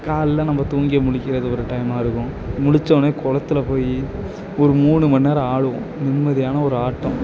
காலைல நம்ம தூங்கி முழிக்கிறது ஒரு டைமாக இருக்கும் முழிச்சோடனே குளத்துல போய் ஒரு மூணு மணி நேரம் ஆடுவோம் நிம்மதியான ஒரு ஆட்டம்